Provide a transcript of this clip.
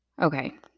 Okay